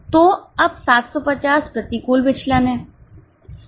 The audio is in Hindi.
तो अब 750 प्रतिकूल विचलन है